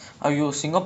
like !wah!